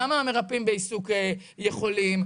למה המרפאים בעיסוק יכולים,